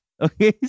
Okay